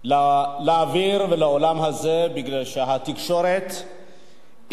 לאוויר העולם מפני שהתקשורת לא